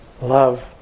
love